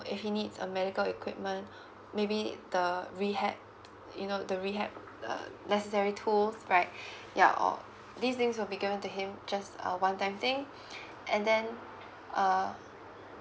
if he needs a medical equipment maybe the rehab you know the rehab uh necessary tools right ya all these things will be given to him just a one time thing and then uh